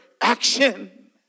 action